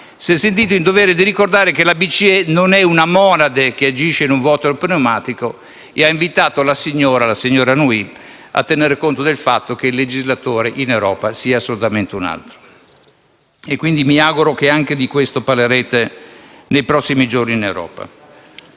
si è sentito in dovere di ricordare che la BCE non è una monade che agisce in un vuoto pneumatico e ha invitato la signora Nouy a tenere conto del fatto che il legislatore in Europa sia un altro. Mi auguro, quindi, che anche di questo parlerete nei prossimi giorni in Europa.